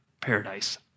paradise